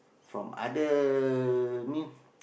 from other new